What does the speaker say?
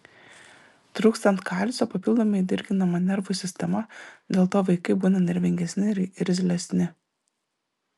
trūkstant kalcio papildomai dirginama nervų sistema dėl to vaikai būna nervingesni ir irzlesni